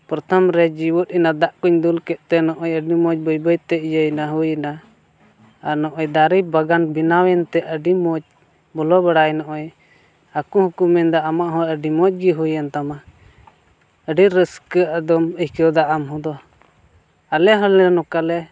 ᱯᱨᱚᱛᱷᱚᱢ ᱨᱮ ᱡᱤᱣᱟᱹᱫ ᱮᱱᱟ ᱫᱟᱜ ᱠᱚᱧ ᱫᱩᱞ ᱠᱮᱫᱛᱮ ᱱᱚᱜᱼᱚᱸᱭ ᱟᱹᱰᱤ ᱢᱚᱡᱽ ᱵᱟᱹᱭ ᱵᱟᱹᱭᱛᱮ ᱤᱭᱟᱹᱭᱱᱟ ᱦᱩᱭᱱᱟ ᱟᱨ ᱱᱚᱜᱼᱚᱸᱭ ᱫᱟᱨᱮ ᱵᱟᱜᱟᱱ ᱵᱮᱱᱟᱣᱮᱱᱛᱮ ᱟᱹᱰᱤ ᱢᱚᱡᱽ ᱵᱚᱞᱚ ᱵᱟᱲᱟᱭ ᱱᱚᱜᱼᱚᱸᱭ ᱟᱠᱚ ᱦᱚᱸ ᱠᱚ ᱢᱮᱱᱫᱟ ᱟᱢᱟᱜ ᱦᱚᱸ ᱟᱹᱰᱤ ᱢᱚᱡᱽ ᱜᱮ ᱦᱩᱭᱮᱱ ᱛᱟᱢᱟ ᱟᱹᱰᱤ ᱨᱟᱹᱥᱠᱟᱹ ᱟᱫᱚᱢ ᱟᱹᱭᱠᱟᱹᱣ ᱟᱫᱚ ᱟᱢ ᱫᱚ ᱟᱞᱮ ᱦᱚᱞᱮ ᱱᱚᱝᱠᱟᱞᱮ